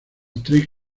actriz